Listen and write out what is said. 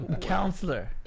Counselor